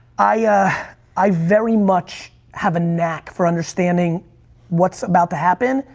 i i very much have a knack for understanding what's about to happen.